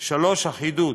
3. אחידות,